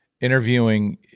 interviewing